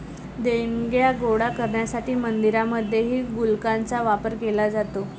देणग्या गोळा करण्यासाठी मंदिरांमध्येही गुल्लकांचा वापर केला जातो